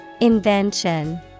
Invention